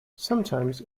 sometimes